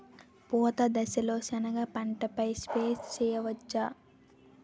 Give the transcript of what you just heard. పూత దశలో సెనగ పంటపై స్ప్రే చేయచ్చా?